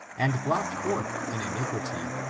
and brought forth in iniquity.